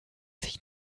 sich